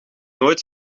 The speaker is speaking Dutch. nooit